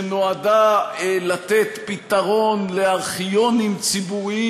שנועדה לתת פתרון לארכיונים ציבוריים,